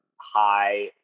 high